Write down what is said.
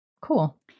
Cool